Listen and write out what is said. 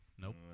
Nope